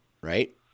right